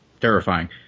Terrifying